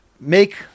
make